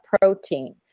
protein